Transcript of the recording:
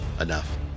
enough